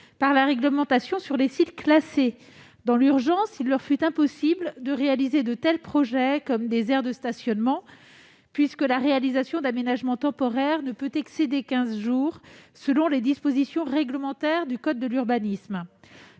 par la réglementation sur les sites classés. Dans l'urgence, il leur a été impossible de réaliser de tels projets, comme des aires de stationnement, puisque la réalisation d'aménagements temporaires ne peut excéder quinze jours, selon les dispositions réglementaires prévues dans le code de l'urbanisme.